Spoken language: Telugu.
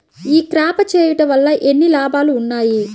ఈ క్రాప చేయుట వల్ల ఎన్ని లాభాలు ఉన్నాయి?